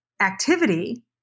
activity